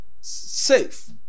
safe